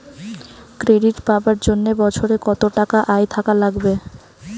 Credit পাবার জন্যে বছরে কত টাকা আয় থাকা লাগবে?